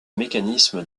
mécanisme